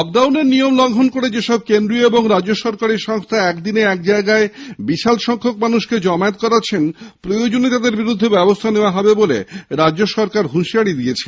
lockdown এর নিয়ম লঙ্ঘন করে যেসব কেন্দ্রীয় ও রাজ্য সরকারি সংস্থা একদিনে এক জায়গায় বিরাট সংখ্যক মানুষকে জমায়েত করাচ্ছেন প্রয়োজনে তাদের বিরুদ্ধে ব্যবস্থা নেওয়া হবে বলে রাজ্য সরকার হুঁশিয়ারি দিয়েছে